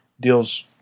deals